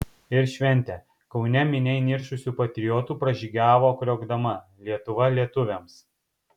ir šventė kaune minia įniršusių patriotų pražygiavo kriokdama lietuva lietuviams